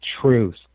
truth